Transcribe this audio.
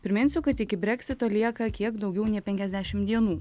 priminsiu kad iki breksito lieka kiek daugiau nei penkiasdešim dienų